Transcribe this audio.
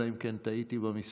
אלא אם כן טעיתי במספרים.